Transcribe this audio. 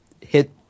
hit